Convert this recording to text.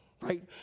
Right